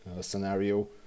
scenario